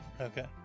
Okay